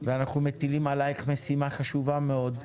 ואנחנו מטילים עלייך משימה חשובה מאוד.